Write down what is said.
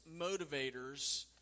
motivators